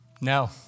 no